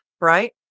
right